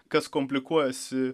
kas komplikuojasi